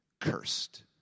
cursed